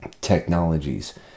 technologies